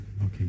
okay